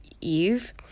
Eve